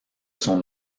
son